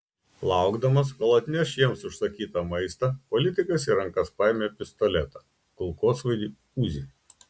laukdamas kol atneš jiems užsakytą maistą politikas į rankas paėmė pistoletą kulkosvaidį uzi